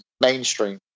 mainstream